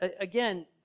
again